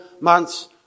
months